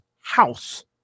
house